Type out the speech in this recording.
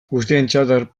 guztientzat